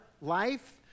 life